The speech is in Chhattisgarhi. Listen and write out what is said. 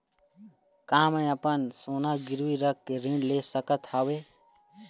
का मैं अपन सोना गिरवी रख के ऋण ले सकत हावे?